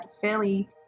fairly